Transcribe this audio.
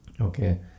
Okay